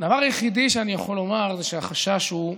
הדבר היחיד שאני יכול לומר הוא שהחשש הוא,